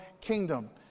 kingdom